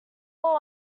law